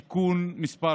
(תיקון מס'